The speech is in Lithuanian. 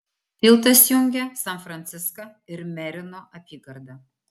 tiltas jungia san franciską ir merino apygardą